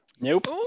nope